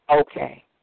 okay